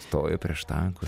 stojo prieš tankus